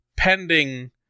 Pending